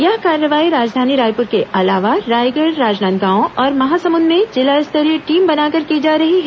यह कार्रवाई राजधानी रायपुर के अलावा रायगढ़ राजनांदगांव और महासमुंद में जिला स्तरीय टीम बनाकर की जा रही है